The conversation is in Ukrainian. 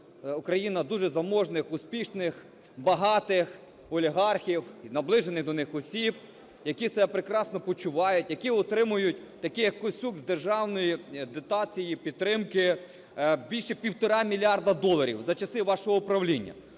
Україна дуже заможних, успішних, багатих олігархів, наближених до них осіб, які себе прекрасно почувають, які отримують, такий як Косюк, з державної дотації, підтримки більше півтора мільярди доларів, за часи вашого правління.